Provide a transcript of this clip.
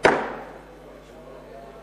הישיבה ננעלה